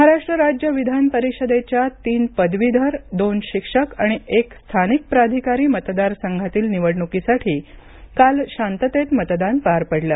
महाराष्ट्र विधान परिषद महाराष्ट्र राज्य विधानपरिषदेच्या तीन पदवीधर दोन शिक्षक आणि एक स्थानिक प्राधिकारी मतदारसंघातील निवडणुकीसाठी काल शाततेत मतदान पार पडलं